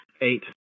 Eight